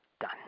done